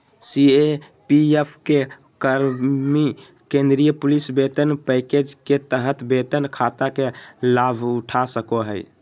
CAPF के कर्मि केंद्रीय पुलिस वेतन पैकेज के तहत वेतन खाता के लाभउठा सको हइ